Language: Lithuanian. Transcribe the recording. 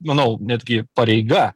manau netgi pareiga